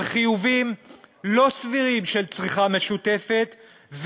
על חיובים לא סבירים של צריכה משותפת,